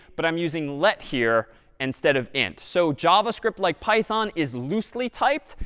but i'm using let here instead of int. so javascript, like python, is loosely typed.